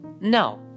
No